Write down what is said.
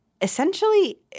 essentially